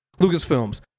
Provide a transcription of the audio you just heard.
Lucasfilms